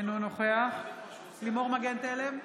אינו נוכח לימור מגן תלם,